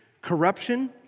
corruption